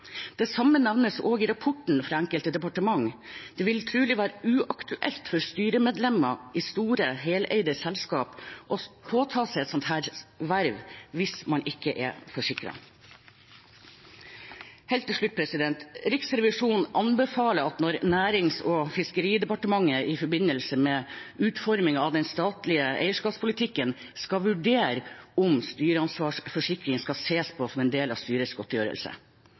Det samme nevnes også i rapporten – vedrørende enkelte departement – at det «trolig vil være uaktuelt for styremedlemmer i store heleide selskaper å påta seg slike verv uten forsikring». Helt til slutt: Riksrevisjonen anbefaler at Nærings- og fiskeridepartementet i forbindelse med utformingen av den statlige eierskapspolitikken skal vurdere om styreansvarsforsikring skal ses på som en del av styrets godtgjørelse.